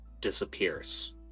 disappears